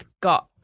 got